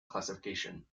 classification